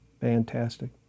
Fantastic